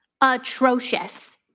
atrocious